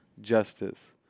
justice